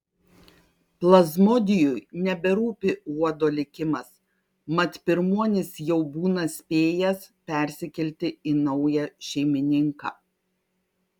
plazmodijui neberūpi uodo likimas mat pirmuonis jau būna spėjęs persikelti į naują šeimininką